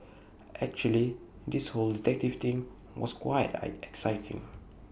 actually this whole detective thing was quite exciting